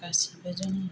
गासैबो जों